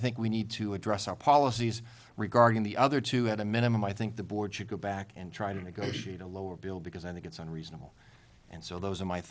think we need to address our policies regarding the other two at a minimum i think the board should go back and try to negotiate a lower bill because i think it's unreasonable and so those are my